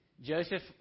Joseph